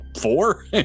four